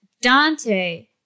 Dante